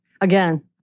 again